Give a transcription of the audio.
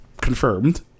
confirmed